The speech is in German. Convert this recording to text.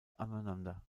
aneinander